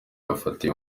yafatiwe